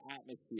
atmosphere